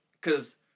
cause